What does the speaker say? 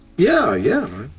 yeah. yeah,